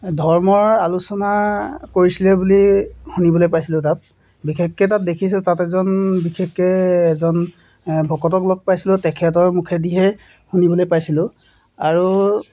ধৰ্মৰ আলোচনা কৰিছিলে বুলি শুনিবলে পাইছিলোঁ তাত বিশেষকৈ তাত দেখিছোঁ তাত এজন বিশেষকৈ এজন ভকতক লগ পাইছিলোঁ তেখেতৰ মুখেদিহে শুনিবলৈ পাইছিলোঁ আৰু